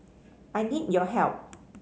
I need your help